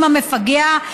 עם המפגע,